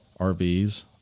RVs